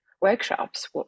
workshops